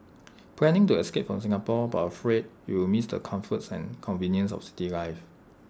planning to escape from Singapore but afraid you'll miss the comforts and conveniences of city life